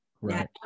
right